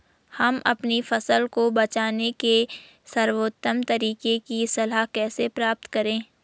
हम अपनी फसल को बचाने के सर्वोत्तम तरीके की सलाह कैसे प्राप्त करें?